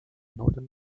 northern